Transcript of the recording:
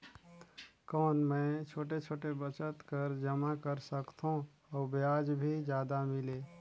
कौन मै छोटे छोटे बचत कर जमा कर सकथव अउ ब्याज भी जादा मिले?